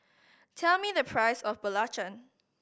tell me the price of belacan